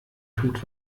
tut